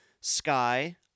Sky